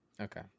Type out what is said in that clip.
Okay